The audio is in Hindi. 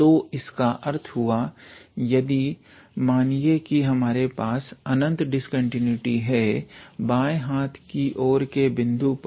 तो इसका अर्थ हुआ यदि मानीये की हमारे पास अनंत डिस्कंटीन्यूटी है बाँये हाथ की और के बिंदु पर